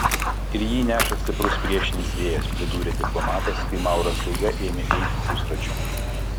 ir jį neša stiprus priešinis vėjas pridūrė diplomatas kai mauras staiga ėmė eiti pusračiu